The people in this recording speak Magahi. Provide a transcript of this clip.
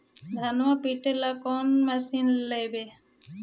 धनमा पिटेला कौन मशीन लैबै?